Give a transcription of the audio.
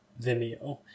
Vimeo